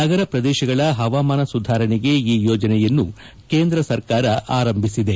ನಗರ ಪ್ರದೇಶಗಳ ಹವಾಮಾನ ಸುಧಾರಣೆಗೆ ಈ ಯೋಜನೆಯನ್ನು ಕೇಂದ್ರ ಸರ್ಕಾರ ಆರಂಭಿಸಿದೆ